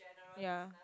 yea